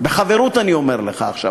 בחברות אני אומר לך עכשיו,